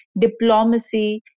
diplomacy